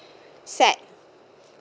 sad